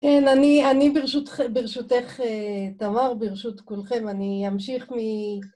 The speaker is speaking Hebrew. כן, אני ברשותך, תמר, ברשות כולכם, אני אמשיך מ...